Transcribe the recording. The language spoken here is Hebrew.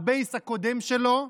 הבייס הקודם שלו,